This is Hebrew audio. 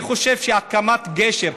אני חושב שהקמת גשר,